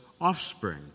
offspring